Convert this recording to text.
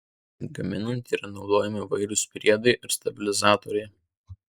gaminant yra naudojami įvairūs priedai ir stabilizatoriai